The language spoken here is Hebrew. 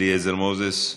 אליעזר מוזס,